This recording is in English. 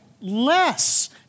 less